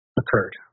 occurred